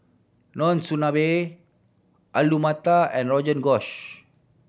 Monsunabe Alu Matar and Rogan Josh